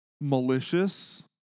malicious